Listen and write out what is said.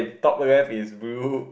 top left is blue